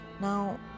now